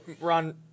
Ron